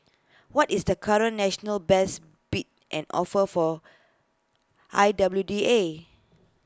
what is the current national best bid and offer for I W D A